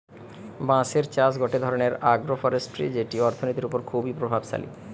বাঁশের চাষ গটে ধরণের আগ্রোফরেষ্ট্রী যেটি অর্থনীতির ওপর খুবই প্রভাবশালী